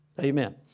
Amen